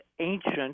ancient